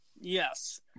Yes